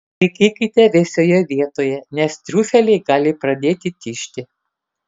laikykite vėsioje vietoje nes triufeliai gali pradėti tižti